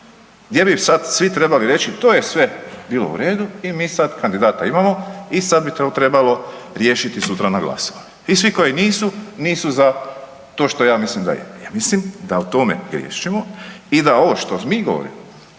gdje bi sad svi trebali reći, to je sve bilo u redu i mi sad kandidata imamo i sad bi to trebalo riješiti sutra na glasovanju. I svi koji nisu, nisu za to što ja mislim da je. Mislim da u tome griješimo i da ovo što mi govorimo